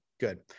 good